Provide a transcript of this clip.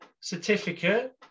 certificate